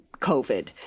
COVID